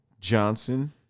Johnson